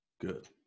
Good